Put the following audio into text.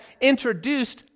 introduced